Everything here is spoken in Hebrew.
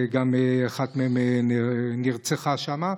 וגם אחת מהן נרצחה שם.